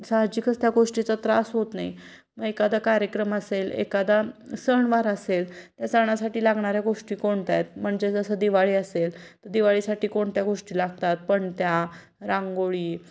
साहजिकच त्या गोष्टीचा त्रास होत नाही मग एखादा कार्यक्रम असेल एखादा सणवार असेल त्या सणासाठी लागणाऱ्या गोष्टी कोणत्या आहेत म्हणजे जसं दिवाळी असेल तर दिवाळीसाठी कोणत्या गोष्टी लागतात पणत्या रांगोळी